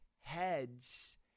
heads